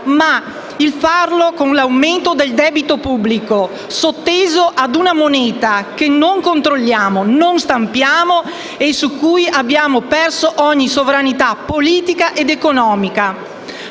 ma di farlo con l'aumento del debito pubblico sotteso a una moneta che non controlliamo, non stampiamo e su cui abbiamo perso ogni sovranità politica ed economica.